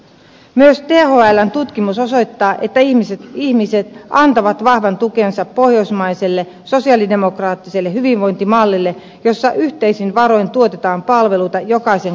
myös thln tutkimus osoittaa että ihmiset antavat vahvan tukensa pohjoismaiselle sosialidemokraattiselle hyvinvointimallille jossa yhteisin varoin tuotetaan palveluita jokaisen kansalaisen käyttöön